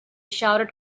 shouted